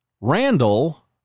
Randall